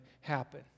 happen